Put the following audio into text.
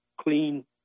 clean